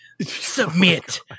Submit